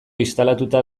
instalatuta